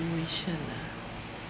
situation ah